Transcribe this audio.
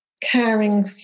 caring